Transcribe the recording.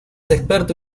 experto